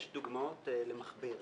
יש דוגמאות למכביר.